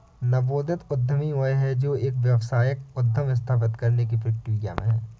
नवोदित उद्यमी वह है जो एक व्यावसायिक उद्यम स्थापित करने की प्रक्रिया में है